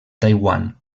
taiwan